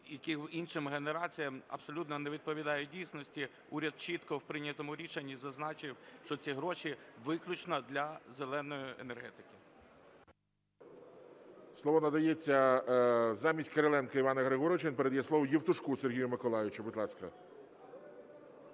іншим генераціям, абсолютно не відповідає дійсності. Уряд чітко в прийнятому рішенні зазначив, що ці гроші виключно для "зеленої" енергетики. ГОЛОВУЮЧИЙ. Слово надається замість Кириленка Івана Григоровича, він передає слово Євтушку Сергію Миколайовичу. Будь ласка.